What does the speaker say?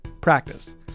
practice